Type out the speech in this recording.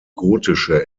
gotische